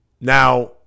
Now